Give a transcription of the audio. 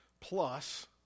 plus